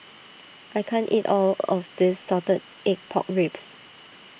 I can't eat all of this Salted Egg Pork Ribs